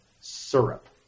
Syrup